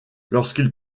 lorsqu’il